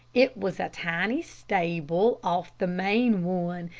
it was a tiny stable off the main one,